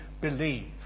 believe